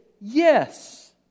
yes